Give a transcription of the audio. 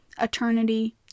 eternity